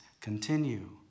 continue